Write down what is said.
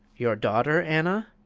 your daughter, anna?